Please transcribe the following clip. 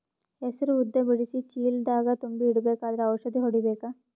ಹೆಸರು ಉದ್ದ ಬಿಡಿಸಿ ಚೀಲ ದಾಗ್ ತುಂಬಿ ಇಡ್ಬೇಕಾದ್ರ ಔಷದ ಹೊಡಿಬೇಕ?